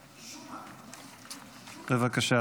בבקשה,